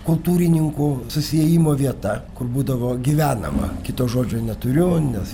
kultūrininkų susiėjimo vieta kur būdavo gyvenama kito žodžio neturiu nes